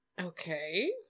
Okay